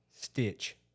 Stitch